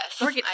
Yes